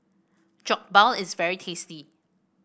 Jokbal is very tasty